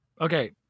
Okay